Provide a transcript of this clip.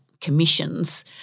commissions